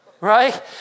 right